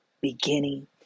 beginning